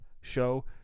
Show